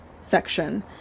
section